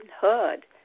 heard